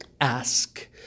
ask